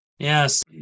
Yes